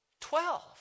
Twelve